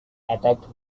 attacked